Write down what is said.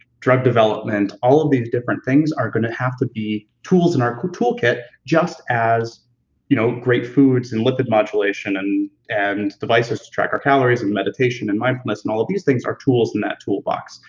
drug development, all of these different things are going to have to be tools in our toolkit, just as you know great foods and lipid modulation and and devices to track our calories and meditation and mindfulness and all of these things are tools in that toolbox.